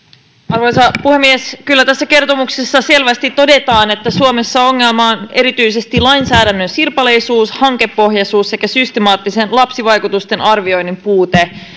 arvoisa puhemies kyllä tässä kertomuksessa selvästi todetaan että suomessa ongelma on erityisesti lainsäädännön sirpaleisuus hankepohjaisuus sekä systemaattisen lapsivaikutusten arvioinnin puute